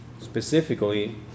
specifically